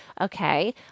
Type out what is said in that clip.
okay